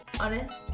honest